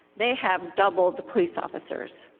they have double the police officers.